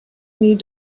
need